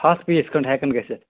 ہَتھ پیٖس کھنٛڈ ہٮ۪کَن گٔژھِتھ